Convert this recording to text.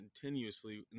continuously –